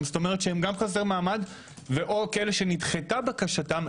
כלומר הם גם חסרי מעמד או כאלה שנדחתה בקשתם,